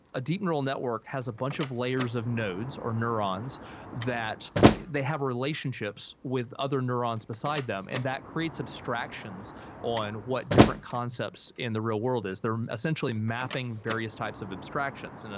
a deep neural network has a bunch of layers of nodes or neurons that they have relationships with other neurons beside them, and that creates abstractions on what different concepts in the real world. they're essentially mapping various types of abstractions. and